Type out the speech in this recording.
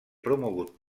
promogut